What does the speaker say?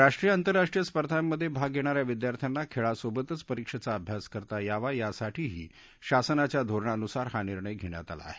राष्ट्रीय आंतरराष्ट्रीय स्पर्धांमधे भाग घेणा या विद्यार्थ्यांना खेळासोबतच परीक्षेचा अभ्यास करता यावा यासाठीही शासनाच्या धोरणानुसार हा निर्णय घेण्यात आला आहे